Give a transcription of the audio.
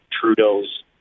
Trudeau's